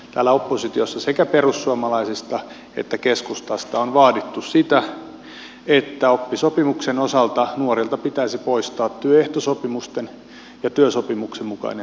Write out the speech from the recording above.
täällä oppositiossa sekä perussuomalaisista että keskustasta on vaadittu sitä että oppisopimuksen osalta nuorilta pitäisi poistaa työehtosopimusten ja työsopimuksen mukainen turva